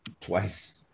twice